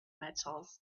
metals